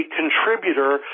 contributor